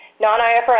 Non-IFRS